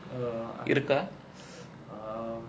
err I um